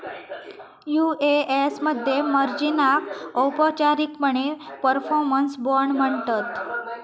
UAS मध्ये मार्जिनाक औपचारिकपणे परफॉर्मन्स बाँड म्हणतत